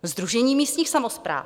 Sdružení místních samospráv.